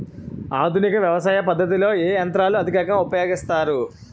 ఆధునిక వ్యవసయ పద్ధతిలో ఏ ఏ యంత్రాలు అధికంగా ఉపయోగిస్తారు?